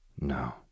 no